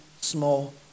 small